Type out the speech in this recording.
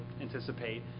anticipate